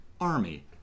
Army